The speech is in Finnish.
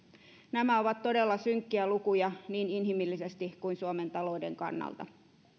nämä ovat todella synkkiä lukuja niin inhimillisesti kuin suomen talouden kannalta